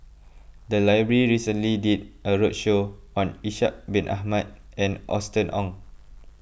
the library recently did a roadshow on Ishak Bin Ahmad and Austen Ong